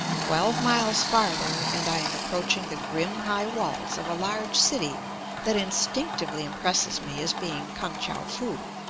twelve miles farther and i am approaching the grim high walls of a large city that instinctively impresses me as being kan-tchou-foo.